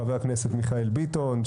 חבר הכנסת מיכאל ביטון,